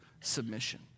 submission